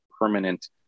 permanent